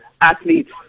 athletes